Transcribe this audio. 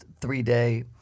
three-day